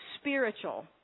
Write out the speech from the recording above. spiritual